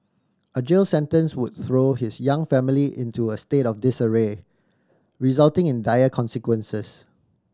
a jail sentence would throw his young family into a state of disarray resulting in dire consequences